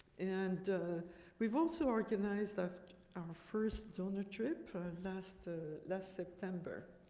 and we've also organized our first donor trip last ah last september.